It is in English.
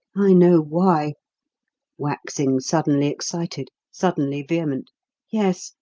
i know why waxing suddenly excited, suddenly vehement yes!